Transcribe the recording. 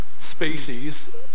species